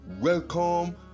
Welcome